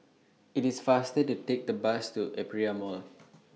IT IS faster to Take The Bus to Aperia Mall